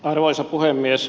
arvoisa puhemies